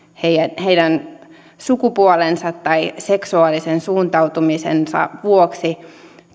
heidän heidän sukupuolensa tai seksuaalisen suuntautumisensa vuoksi